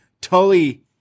Tully